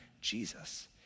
Jesus